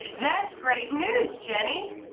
that's great news jenny!